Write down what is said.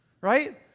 Right